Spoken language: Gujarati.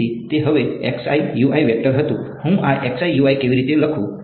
તેથી તે હવે વેક્ટર હતું હું આ કેવી રીતે લખું